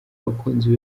abakunzi